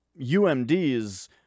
UMDs